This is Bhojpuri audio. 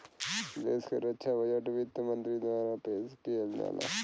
देश क रक्षा बजट वित्त मंत्री द्वारा पेश किहल जाला